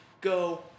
go